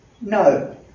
No